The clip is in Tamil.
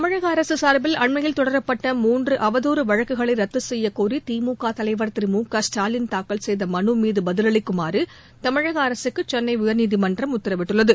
தமிழக அரசு சார்பில் அண்மையில் தொடரப்பட்ட மூன்று அவதூறு வழக்குகளை ரத்து செய்யக் கோரி திமுக தலைவர் திரு மு க ஸ்டாலின் தாக்கல் செய்த மனு மீது பதிலளிக்குமாறு தமிழக அரசுக்கு சென்னை உயர்நீதிமன்றம் உத்தரவிட்டுள்ளது